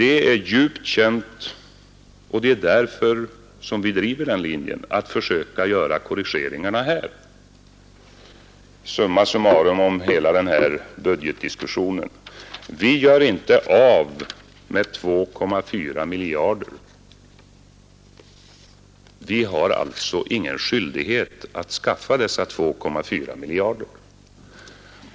Det är djupt känt, och det är därför vi driver linjen att försöka göra korrigeringarna här. Summa summarum om hela denna budgetdiskussion: Vi gör inte av med 2,4 miljarder. Vi har alltså ingen skyldighet att skaffa dessa 2,4 miljarder.